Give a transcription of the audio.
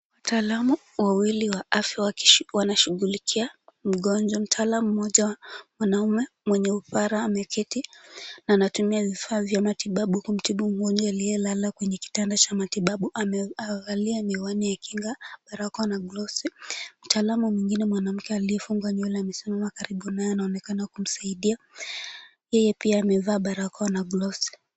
Wataalamu wawili wa afya wanashughulikia mgonjwa. Mtaalamu mmoja mwanaume mwenye upara ameketi na anatumia vifaa vya matibabu kumtibu mgonjwa aliyelala kwenye kitanda cha matibabu. Amevalia miwani ya kinga, barakoa na gloves . Mtaalamu mwingine mwanamke aliyefunga nywele amesimama karibu naye anaonekana kumsaidia, yeye pia amevaa barakoa na gloves .